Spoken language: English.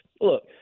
look